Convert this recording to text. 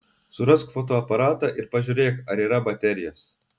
surask fotoaparatą ir pažiūrėk ar yra baterijos